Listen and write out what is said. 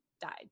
died